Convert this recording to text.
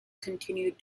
continued